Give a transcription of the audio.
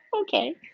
okay